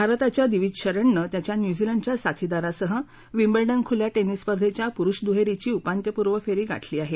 भारताच्या दिवीज शरणनं त्याच्या न्युझीलंडच्या साथिदारासह विम्बल्डन खुल्या टेनिस स्पर्धेच्या पुरुष दुहेरीची उपांत्यपूर्व फेरी गाठली आहे